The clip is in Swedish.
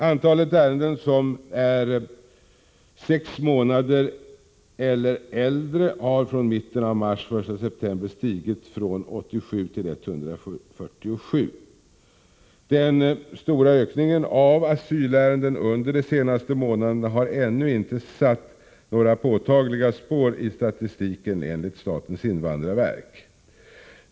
Antalet ärenden som är sex månader eller äldre har från mitten av mars till den 1 september stigit från 87 till 147. Den stora ökningen av asylsökande under de senaste månaderna har ännu inte satt några påtagliga spår i statistiken enligt statens invandrarverk.